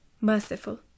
merciful